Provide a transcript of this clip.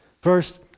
First